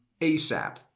ASAP